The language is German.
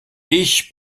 ich